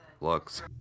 looks